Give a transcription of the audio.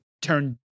turn